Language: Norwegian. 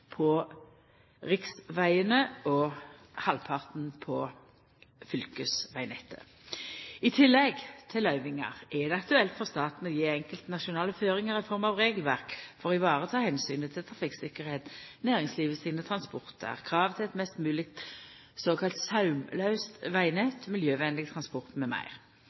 på riksvegane og halvparten på fylkesvegnettet. I tillegg til løyvingar er det aktuelt for staten å gje enkelte nasjonale føringar i form av regelverk for å vareta omsynet til trafikktryggleik, næringslivet sine transportar, krav til eit mest mogleg såkalla saumlaust vegnett, miljøvenleg transport,